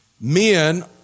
Men